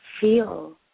feel